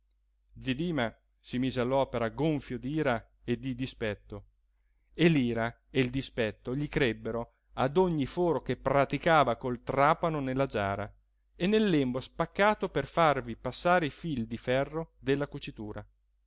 zi dima si mise all'opera gonfio d'ira e di dispetto e l'ira e il dispetto gli crebbero ad ogni foro che praticava col trapano nella giara e nel lembo spaccato per farvi passare il fil di ferro della cucitura